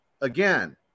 again